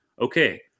okay